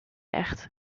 echt